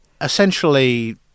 Essentially